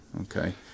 okay